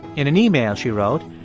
in an email she wrote,